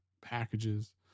packages